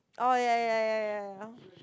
oh ya ya ya ya ya